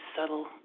subtle